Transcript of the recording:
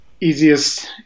easiest